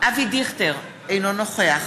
אבי דיכטר, אינו נוכח